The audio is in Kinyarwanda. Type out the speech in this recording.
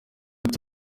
ati